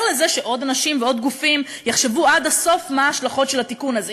את זה שעוד אנשים ועוד גופים יחשבו עד הסוף מה ההשלכות של התיקון הזה.